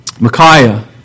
Micaiah